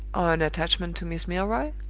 or an attachment to miss milroy?